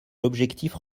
l’objectif